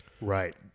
Right